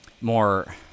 more